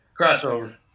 Crossover